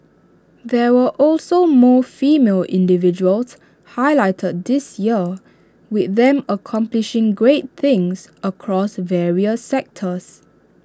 there were also more female individuals highlighted this year with them accomplishing great things across various sectors